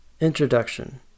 Introduction